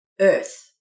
earth